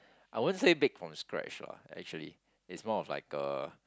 I won't say bake from scratch lah actually it's more of like a